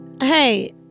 Hey